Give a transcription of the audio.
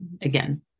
again